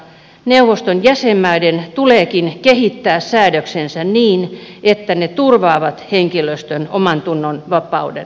neuvoston jäsenmaiden tuleekin kehittää säädöksensä niin että ne turvaavat henkilöstön omantunnonvapauden